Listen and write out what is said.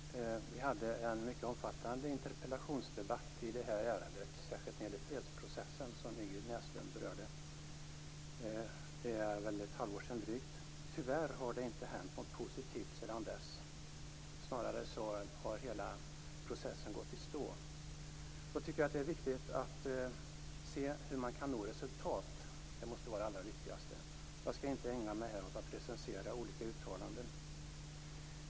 Herr talman! Vi hade en mycket omfattande interpellationsdebatt i det här ärendet, särskilt när det gäller fredsprocessen, som Ingrid Näslund berörde. Det är väl drygt ett halvår sedan. Tyvärr har det inte hänt något positivt sedan dess, snarare har hela processen gått i stå. Jag tycker att det är viktigt att se hur man kan nå resultat. Det måste vara det allra viktigaste. Jag skall inte här ägna mig åt att recensera olika uttalanden.